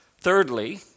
Thirdly